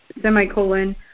semicolon